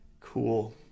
Cool